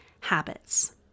habits